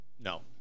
No